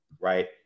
right